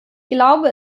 glaube